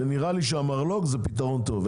נראה לי שהמרלו"ג זה הפתרון הכי טוב.